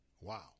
Wow